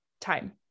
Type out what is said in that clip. time